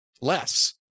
less